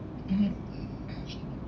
mmhmm